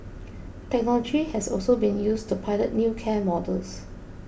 technology has also been used to pilot new care models